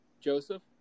Joseph